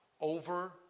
over